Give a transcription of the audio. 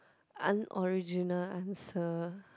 unoriginal answer